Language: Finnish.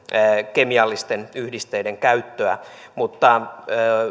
kemiallisten yhdisteiden käyttöä